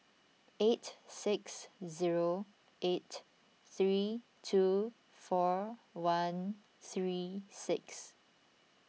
eight six zero eight three two four one three six